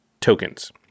tokens